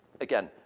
Again